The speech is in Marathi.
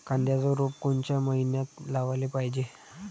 कांद्याचं रोप कोनच्या मइन्यात लावाले पायजे?